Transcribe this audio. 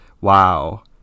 Wow